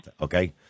Okay